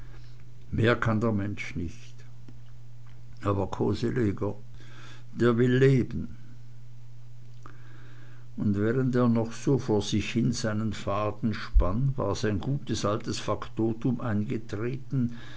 mehr kann der mensch nich aber koseleger der will leben und während er noch so vor sich hin seinen faden spann war sein gutes altes faktotum eingetreten